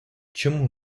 чому